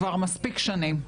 כבר מספיק שנים.